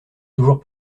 toujours